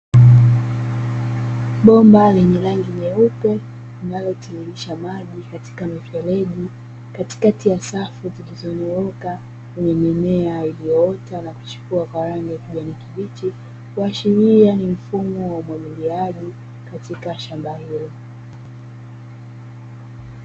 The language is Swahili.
Bomba lenye rangi nyeupe linalotiririsha maji katika mifereji katikati ya safu zilizonyooka, zenye mimea iliyoota na kuchipua kwa rangi ya kijani kibichi, kuashiria ni mfumo wa umwagiliaji katika shamba hilo.